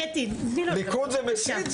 קטי, תני לו לדבר בבקשה.